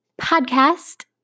podcast